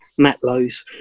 matlows